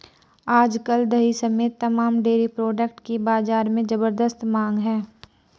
आज कल दही समेत तमाम डेरी प्रोडक्ट की बाजार में ज़बरदस्त मांग है